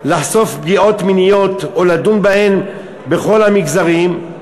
לחשוף פגיעות מיניות או לדון בהן בכל המגזרים,